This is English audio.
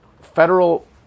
federal